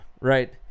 Right